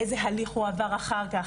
איזה הליך הוא עבר אחר כך,